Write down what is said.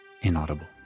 inaudible